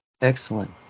excellent